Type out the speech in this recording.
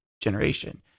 generation